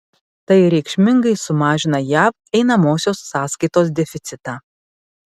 tai reikšmingai sumažina jav einamosios sąskaitos deficitą